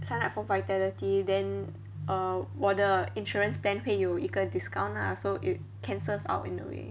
sign up for vitality then err 我的 insurance plan 会有一个 discount lah so it cancels out in a way